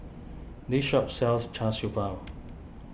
this shop sells Char Siew Bao